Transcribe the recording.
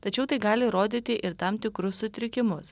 tačiau tai gali rodyti ir tam tikrus sutrikimus